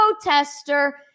protester